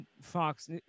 fox